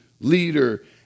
leader